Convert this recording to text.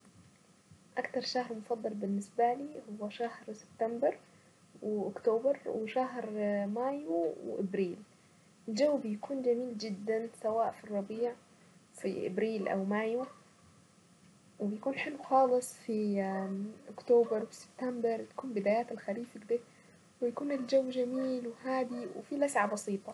الاجازة المفضلة عندي هي العيد سواء عيد الفطر او عيد الاضحى بتبقى اجازة جميلة جدا لان العيلة كلها بتتجمع وكل مكان يبقى مليان ضحك ولعب وهزار والعيال الصغيرة عمالة تلعب مع بعضها والكبار كمان يكونوا يلعبوا وينفخوا البلالين ونتغدوا سوا.